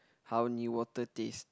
how new water taste